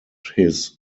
his